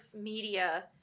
media